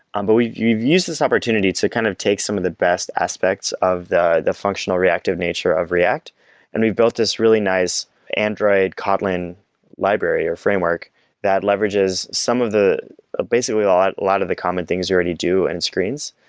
um but we've we've used this opportunity to kind of take some of the best aspects of the the functional reactive nature of react and we've built this really nice android kotlin library or framework that leverages some of the ah basically a lot of the common things we already do and in screens,